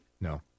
No